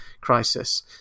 crisis